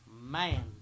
Man